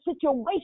situation